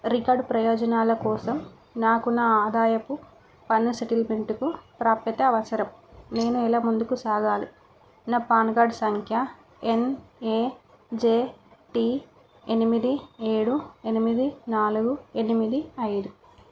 record ప్రయోజనాల కోసం నాకు నా ఆదాయపు పన్ను సెటిల్మెంటుకు ప్రాప్యత అవసరం నేను ఎలా ముందుకు సాగాలి నా పాన్ కార్డు సంఖ్య ఎన్ఏజేటీ ఎనిమిది ఏడు ఎనిమిది నాలుగు ఎనిమిది ఐదు